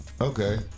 okay